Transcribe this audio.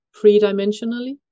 three-dimensionally